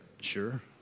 Sure